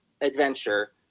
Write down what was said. adventure